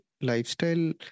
lifestyle